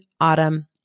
autumn